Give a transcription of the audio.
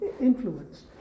influence